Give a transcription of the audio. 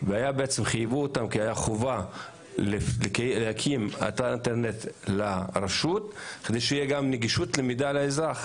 וחייבו אותן להקים שתהיה נגישות למידע לאזרח,